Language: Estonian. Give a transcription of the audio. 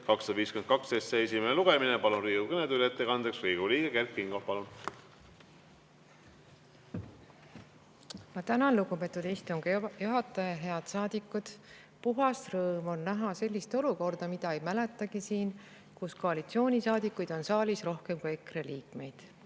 252 esimene lugemine. Palun Riigikogu kõnetooli ettekandjaks Riigikogu liikme Kert Kingo. Palun! Tänan, lugupeetud istungi juhataja! Head saadikud! Puhas rõõm on näha sellist olukorda, mida ei mäletagi siin, kus koalitsioonisaadikuid on saalis rohkem kui EKRE liikmeid.